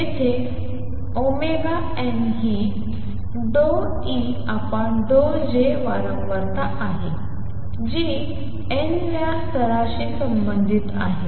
जेथे n ही ∂E∂J वारंवारता आहे जी n व्या स्तराशी संबंधित आहे